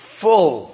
full